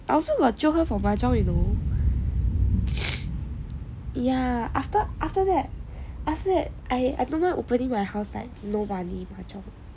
I also got jio her for mahjong you know ya after after that I don't mind opening my house like no money mahjong